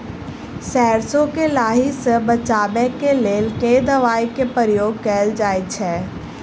सैरसो केँ लाही सऽ बचाब केँ लेल केँ दवाई केँ प्रयोग कैल जाएँ छैय?